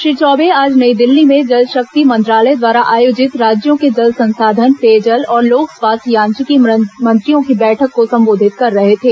श्री चौबे आज नई दिल्ली में जल शक्ति मंत्रालय द्वारा आयोजित राज्यों के जल संसाधन पेयजल और लोक स्वास्थ्य यांत्रिकी मंत्रियों की बैठक को संबोधित कर रहे थे